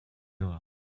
door